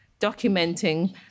documenting